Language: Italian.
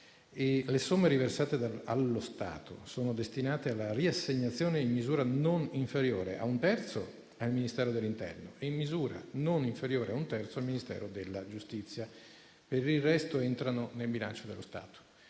Le somme riversate allo Stato sono destinate alla riassegnazione in misura non inferiore a un terzo al Ministero dell'interno e in misura non inferiore a un terzo al Ministero della giustizia. Per il resto, entrano nel bilancio dello Stato.